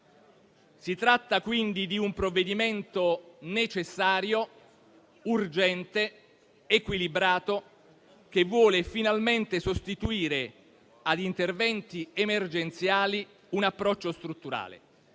Si tratta quindi di un provvedimento necessario, urgente ed equilibrato, che vuole finalmente sostituire a interventi emergenziali un approccio strutturale.